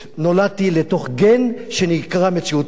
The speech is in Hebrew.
נולדתי לתוך גן שנקרא מציאות פוליטית,